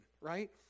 Right